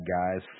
Guys